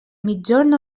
migjorn